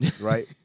right